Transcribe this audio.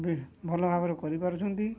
ବି ଭଲ ଭାବରେ କରିପାରୁଛନ୍ତି